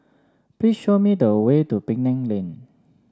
please show me the way to Penang Lane